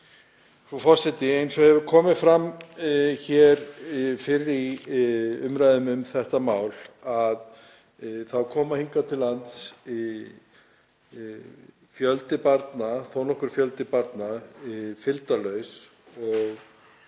Frú forseti. Eins og hefur komið fram hér fyrr í umræðum um þetta mál þá kemur hingað til lands fjöldi barna, þó nokkur fjöldi barna, fylgdarlaus.